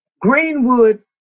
Greenwood